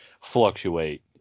fluctuate